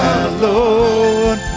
alone